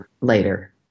later